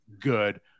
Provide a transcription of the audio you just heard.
good